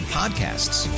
podcasts